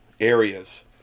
areas